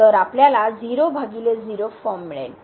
तर आपल्याला फॉर्म मिळेल